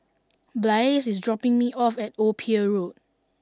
Blaise is dropping me off at Old Pier Road